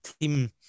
team